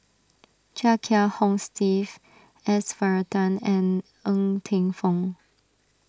Chia Kiah Hong Steve S Varathan and Ng Teng Fong